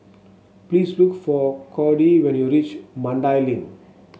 please look for Cody when you reach Mandai Link